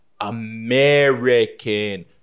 American